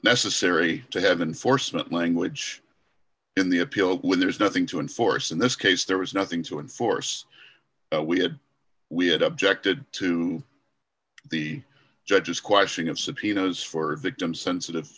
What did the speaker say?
necessary to have unfortunate language in the appeal when there's nothing to enforce in this case there was nothing to enforce we had we had objected to the judge's question of subpoenas for victims sensitive